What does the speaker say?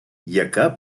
яка